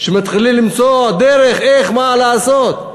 מתחילים למצוא דרך איך, מה לעשות.